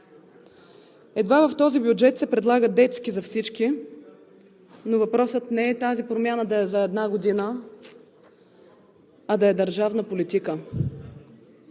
Едва в този бюджет се предлагат детски за всички, но въпросът не е тази промяна да е за една година, а да е държавна политика.